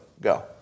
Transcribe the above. Go